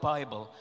Bible